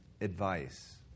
advice